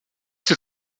ces